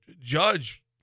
Judge